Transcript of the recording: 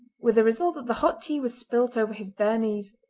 with the result that the hot tea was spilt over his bare knees.